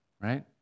Right